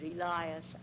Elias